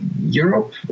Europe